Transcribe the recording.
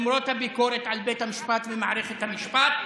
למרות הביקורת על בית המשפט ומערכת המשפט,